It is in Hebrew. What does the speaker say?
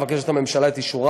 מבקשת הממשלה את אישורה